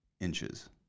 inches